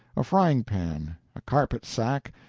a frying-pan, a carpet-sack,